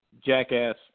jackass